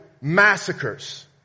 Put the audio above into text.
massacres